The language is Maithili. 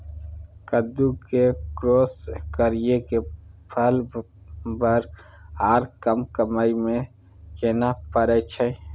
कद्दू के क्रॉस करिये के फल बर आर कम समय में केना फरय छै?